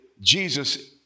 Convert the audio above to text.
Jesus